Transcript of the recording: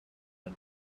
had